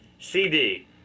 CD